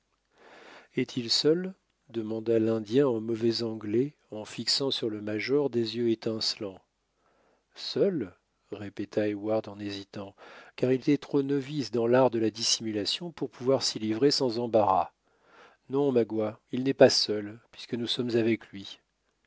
est-il seul demanda l'indien en mauvais anglais en fixant sur le major des yeux étincelants seul répéta heyward en hésitant car il était trop novice dans l'art de la dissimulation pour pouvoir s'y livrer sans embarras non magua il n'est pas seul puisque nous sommes avec lui